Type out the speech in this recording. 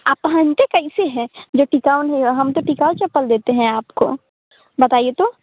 आप पहनते कैसे हैं जो टिकाऊ नहीं हम तो टिकाऊ चप्पल देते हैं आपको बताइए तो